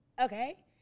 Okay